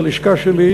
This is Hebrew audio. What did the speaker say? בלשכה שלי,